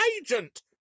agent